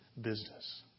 business